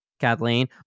Kathleen